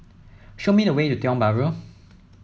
show me the way to Tiong Bahru